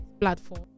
platform